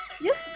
yes